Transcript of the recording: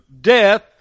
death